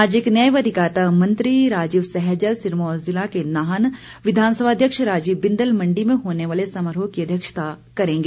सामाजिक न्याय व अधिकारिता मंत्री राजीव सैजल सिरमौर जिला के नाहन विधानसभा अध्यक्ष राजीव बिंदल मण्डी में होने वाले समारोह की अध्यक्षता करेंगे